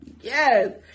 Yes